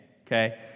Okay